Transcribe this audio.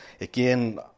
again